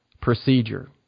procedure